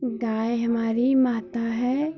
गाय हमारी माता है